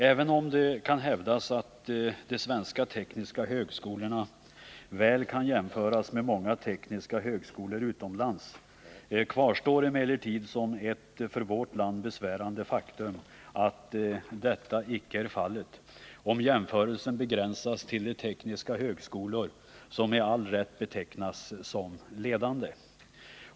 Även om det kan hävdas att de svenska tekniska högskolorna väl kan jämföras med många tekniska högskolor utomlands, kvarstår emellertid som ett för vårt land besvärande faktum att detta icke är fallet om jämförelsen begränsas till de tekniska högskolor som med all rätt betecknas som ledande.